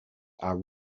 are